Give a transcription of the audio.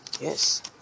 Yes